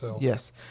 Yes